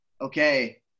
okay